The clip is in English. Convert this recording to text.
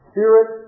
Spirit